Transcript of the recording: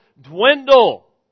dwindle